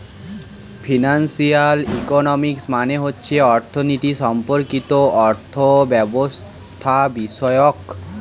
financial economics মানে হচ্ছে অর্থনীতি সম্পর্কিত অর্থব্যবস্থাবিষয়ক